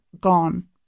gone